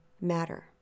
matter